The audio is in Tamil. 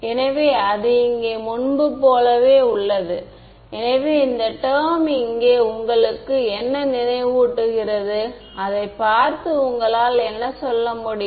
எனவே மின்சாரத் துறையுடன் வரும் இந்த டெர்ம்ஸ் அனைத்தும் ஸ்கேலார்ஸ் ஆகும்